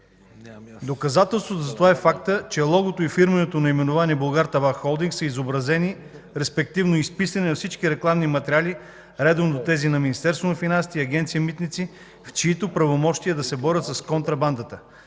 Доказателство за това е фактът, че логото и фирменото наименование „Булгартабак холдинг” са изобразени, респективно изписани, на всички рекламни материали редом с тези на Министерството на финансите и Агенция „Митници”, в чиито правомощия е да се борят с контрабандата,